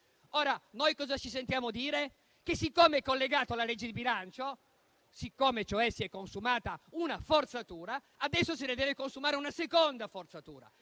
Ora noi cosa ci sentiamo dire? Che siccome è collegato alla legge di bilancio, siccome si è consumata una forzatura, adesso si deve consumare una seconda forzatura: